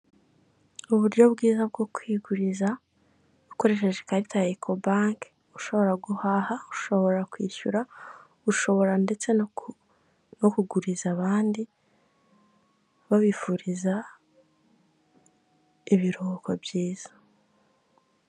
Uburyo bwiza bwo kwiguriza ukoresheje ikarita ya eko banki, ushobora guhaha, ushobora kwishyura, ushobora ndetse no kuguriza abandi, babifuriza ibiruhuko byiza.